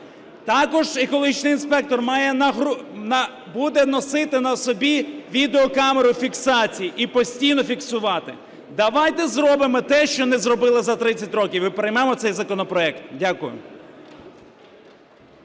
Також екологічний інспектор буде носити на собі відеокамеру фіксації і постійно фіксувати. Давайте зробимо те, що не зробили за 30 років, і приймемо цей законопроект. Дякую.